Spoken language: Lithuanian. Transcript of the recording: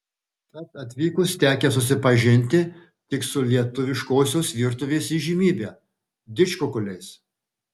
tad atvykus tekę susipažinti tik su lietuviškosios virtuvės įžymybe didžkukuliais